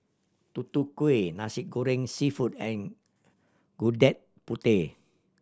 Tutu Kueh Nasi Goreng Seafood and Gudeg Putih